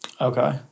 Okay